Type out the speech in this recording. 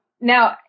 Now